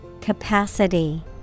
Capacity